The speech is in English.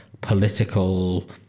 political